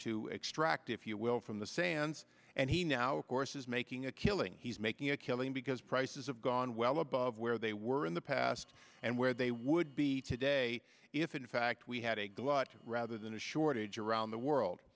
to extract if you will from the sands and he now of course is making a killing he's making a killing because prices have gone well above where they were in the past and where they would be today if in fact we had a glut rather than a shortage around the world